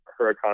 Huracan